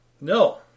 No